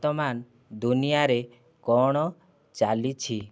ବର୍ତ୍ତମାନ ଦୁନିଆରେ କ'ଣ ଚାଲିଛି